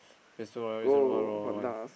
just throw one reason one one one one one